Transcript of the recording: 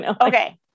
Okay